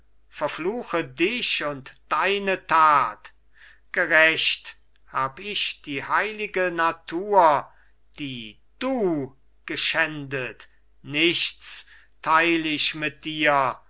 verfluche dich und deine tat gerächt hab ich die heilige natur die du geschändet nichts teil ich mit dir